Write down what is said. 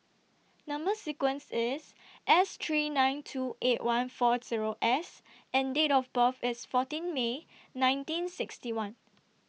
Number sequence IS S three nine two eight one four Zero S and Date of birth IS fourteen May nineteen sixty one